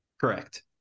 correct